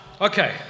okay